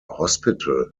hospital